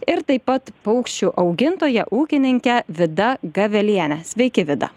ir taip pat paukščių augintoja ūkininkė vida gavelienė sveiki vida